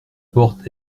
porte